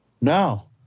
No